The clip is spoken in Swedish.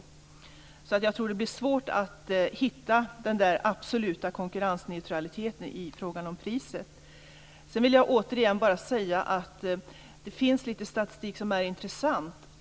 Jag tror alltså att det blir svårt att hitta den där absoluta konkurrensneutraliteten i fråga om priset. Sedan vill jag återigen säga att det finns lite statistik som är intressant.